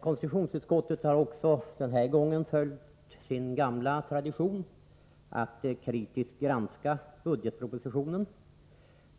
Konstitutionsutskottet har också följt sin gamla tradition att kritiskt granska budgetpropositionen.